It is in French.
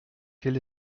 quel